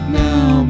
now